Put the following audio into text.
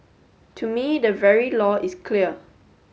to me the very law is clear